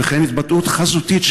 וכן התבטאות חזותית,